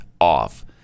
off